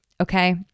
Okay